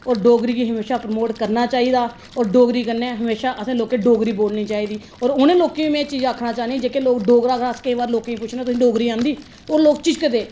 डोगरी गी असें हमेशा परमोट करना चाहिदा औऱ डोगरी कन्नै हमेशा आसें लोकें डोगरी बोलनी चाहिदी और उनें लोकें गी में एह् चीज आक्खना चाहनी हा जेह्के लोक डोगरे लोकें गी पुच्छने कि तुसेंगी डोगरी आंदी ओह् लोक झिझकदे